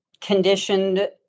conditioned